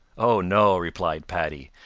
oh, no, replied paddy.